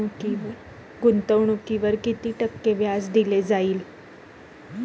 गुंतवणुकीवर किती टक्के व्याज दिले जाईल?